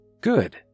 Good